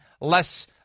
less